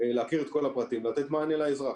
להכיר את כל הפרטים ולתת מענה לאזרח.